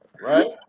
right